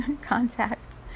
contact